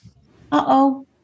Uh-oh